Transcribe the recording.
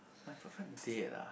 my perfect date ah